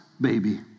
baby